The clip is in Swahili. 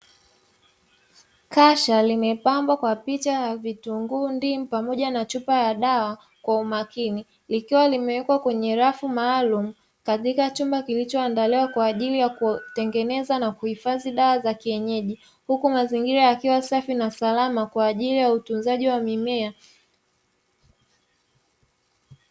Kasha limepambwa kwa picha ya vitunguu, ndimu pamoja na chupa ya dawa kwa umakini, likiwa limewekwa kwenye rafu maalum katika chumba kilichoandaliwa kwa ajili ya kutengeneza na kuhifadhi dawa za kienyeji huku mazingira yakiwa safi na salama kwa ajili ya utunzaji wa mimea.